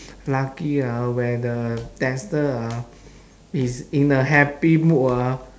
lucky ah where the tester ah is in a happy mood ah